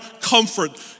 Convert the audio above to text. comfort